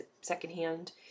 secondhand